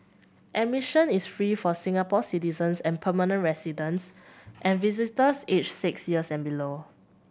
admission is free for Singapore citizens and permanent residents and visitors aged six years and below